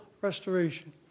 restoration